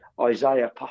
Isaiah